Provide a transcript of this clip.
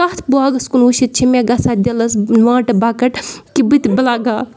تَتھ باغَس کُن وٕچھِتھ چھِ مےٚ گژھان دِلَس وانٛٹہٕ بَکَٹ کہِ بہٕ تہِ بہٕ لَگاو